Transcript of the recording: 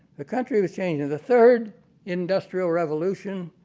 the country was changing. the third industrial revolution,